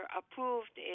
approved